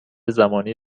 زمانی